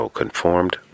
conformed